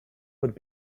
would